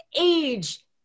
age